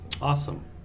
Awesome